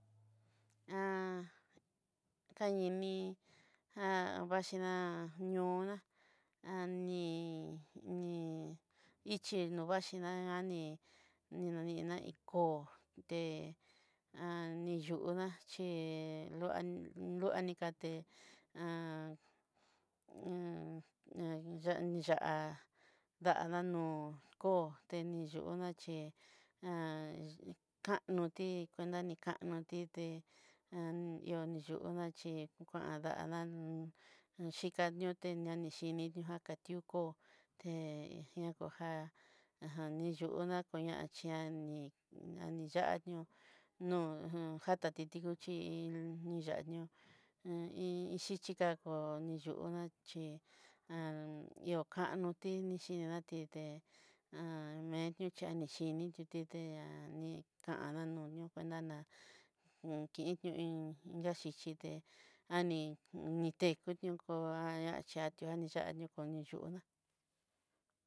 kaini jan vaxhidá ño'oná ani ni ichí vaxhi dán ani ninenena koo té, yudá chí he loa loanikate niyá niyá'a dana nó'o koo ta ne yuná, a chí kanoti cuenta ni kanotite a ni yuna chí kuandana xhika ñote kuana ni xhinina nó koo ño koo já jan ni yuná ñakoñaché ña ni xá nió, no jatate ti nguxhe in yá'a nió i iin yixhija koo ni yuña xhí iokanoti ni xhiniati dé ocha nixhininati dé eñochá nixhininiti dé kana ñó nana unkinio in daxhixhi dé, ani nitekutio koo axhianatia ni yuná.